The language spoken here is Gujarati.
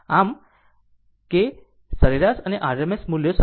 આમ કે સરેરાશ અને RMS મૂલ્યો સમાન છે